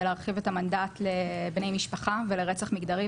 להרחיב את המנדט לבני משפחה ולרצח מגדרי,